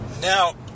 Now